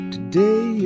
Today